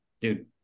dude